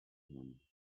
him